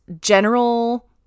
general